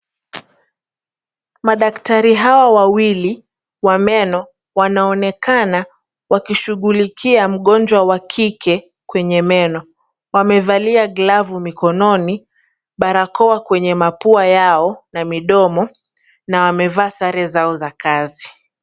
Madaktari hawa wawili wa meno wanaonekana wakishughulikia mgonjwa wa kike kwenye meno, wamevalia glavu mikononi, barakoa kwenye mapua Yao na midomo na wamevaa sare zao za kazi.